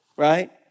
Right